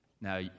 now